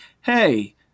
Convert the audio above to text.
hey